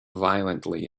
violently